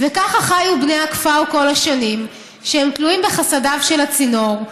וככה חיו בני הכפר כל השנים כשהם תלויים בחסדיו של הצינור,